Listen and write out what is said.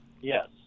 yes